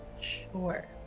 Sure